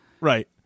right